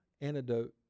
antidote